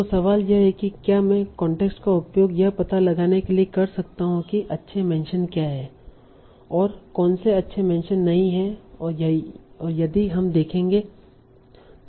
तो सवाल यह है कि क्या मैं कांटेक्स्ट का उपयोग यह पता लगाने के लिए कर सकता हूं कि अच्छे मेंशन क्या हैं और कौनसे अच्छे मेंशन नहीं हैं और यही हम देखेंगे